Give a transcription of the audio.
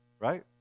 right